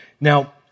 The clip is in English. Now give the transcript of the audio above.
Now